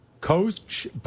coach